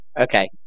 Okay